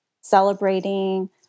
celebrating